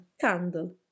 Candle